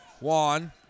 Juan